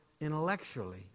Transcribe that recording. intellectually